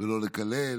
ולא לקלל,